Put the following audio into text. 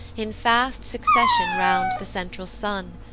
in fast succession round the central sun.